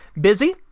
busy